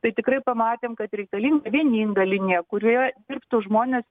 tai tikrai pamatėm kad reikalinga vieninga linija kurioje dirbtų žmonės